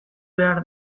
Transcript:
behar